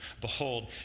behold